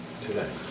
Today